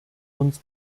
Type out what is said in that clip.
uns